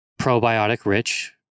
probiotic-rich